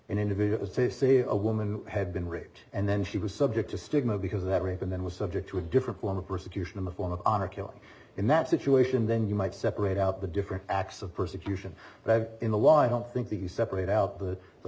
an individual say see a woman who had been raped and then she was subject to stigma because everything then was subject to a different form of persecution in the form of honor killing in that situation then you might separate out the different acts of persecution but in the law i don't think that you separate out the th